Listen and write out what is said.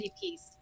piece